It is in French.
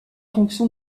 fonction